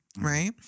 Right